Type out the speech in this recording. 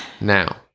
Now